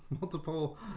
Multiple